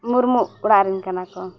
ᱢᱩᱨᱢᱩ ᱚᱲᱟᱜ ᱨᱮᱱ ᱠᱟᱱᱟ ᱠᱚ